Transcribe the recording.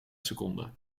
seconde